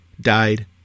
died